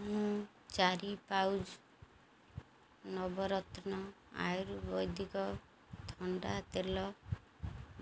ମୁଁ ଚାରି pouch Navratna ayurvedic ଥଣ୍ଡା ତେଲ